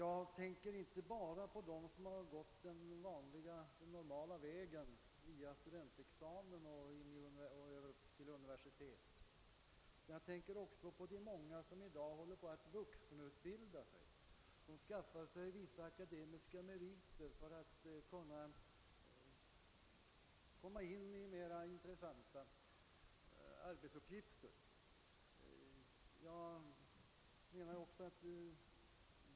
"Jag tänker inte bara på dem som här gått den vanliga vägen via studentexarmen och till universitet — jag tänker också 'på de många som i dag håller på ått vuxenutbilda sig, som skaffar sig vissa akademiska meriter för att kunna komma in i mer intressanta arbetsuppgifter.